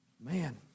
Man